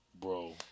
Bro